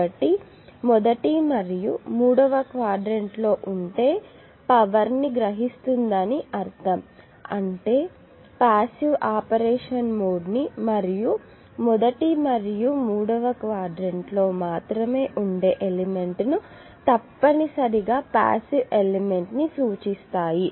కాబట్టి మొదటి మరియు మూడవ క్వాడ్రంట్ లో ఉంటే పవర్ ను గ్రహిస్తుంది అని అర్థం అంటే పాసివ్ ఆపరేషన్ మోడ్ను మరియు మొదటి మరియు మూడవ క్వాడ్రంట్లో మాత్రమే ఉండే ఎలిమెంట్ ను తప్పనిసరిగా పాసివ్ ఎలిమెంట్ ను సూచిస్తున్నాయి